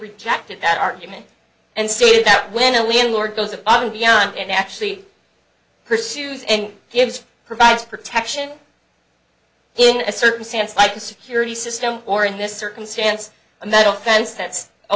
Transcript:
rejected that argument and see that when a landlord goes above and beyond and actually pursues and gives provides protection in a circumstance like a security system or in this circumstance a metal fence that